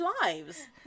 lives